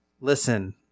Listen